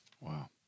Wow